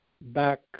back